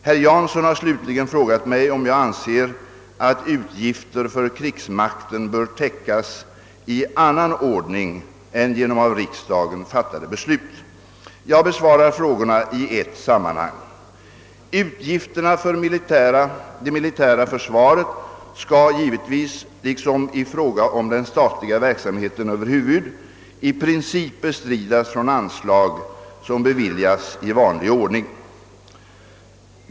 Herr Jansson har slutligen frågat mig, om jag anser att utgifter för krigsmakten bör täckas i annan ordning än genom av riksdagen fattade beslut. Jag besvarar frågorna i ett sammanhang. Utgifterna för det militära försvaret skall givetvis — liksom i fråga om den statliga verksamheten över huvud — i princip bestridas från anslag som beviljas i vanlig ordning.